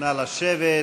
נא לשבת.